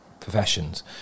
professions